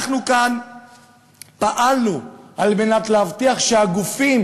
אנחנו כאן פעלנו על מנת להבטיח שהגופים